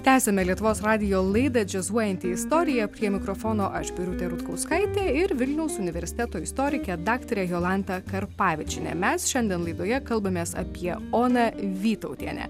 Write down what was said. tęsiame lietuvos radijo laidą džiazuojanti istorija prie mikrofono aš birutė rutkauskaitė ir vilniaus universiteto istorikė daktarė jolanta karpavičienė mes šiandien laidoje kalbamės apie oną vytautienę